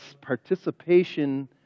participation